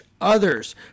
others